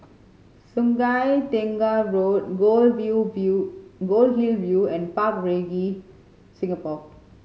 Sungei Tengah Road Gold View View Goldhill View and Park Regis Singapore